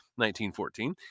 1914